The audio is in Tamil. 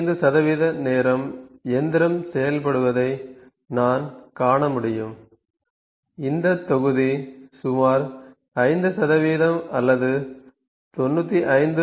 95 நேரம் இயந்திரம் செயல்படுவதை நான் காண முடியும் இந்த தொகுதி சுமார் 5 அது 95